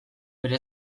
bere